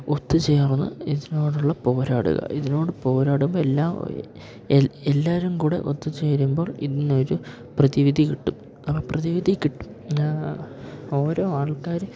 ഒത്തുചേർന്ന് ഇതിനോടുള്ള പോരാടുക ഇതിനോട് പോരാടുമ്പോൾ എല്ലാ എല്ലാവരും കൂടെ ഒത്തുചേരുമ്പോൾ ഇതിന്നൊരു പ്രതിവിധി കിട്ടും ആ പ്രതിവിധി കിട്ടും ഓരോ ആൾക്കാർ